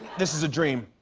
this is a dream.